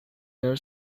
their